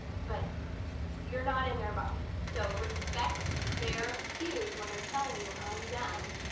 but you're not in their body. so respect their cues when they're telling you i'm done